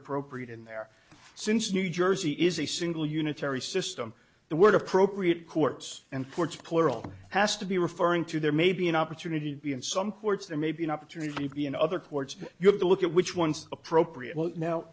appropriate in there since new jersey is a single unitary system the word appropriate courts and courts plural has to be referring to there may be an opportunity to be in some courts there may be an opportunity to be in other courts you have to look at which ones appropriate well now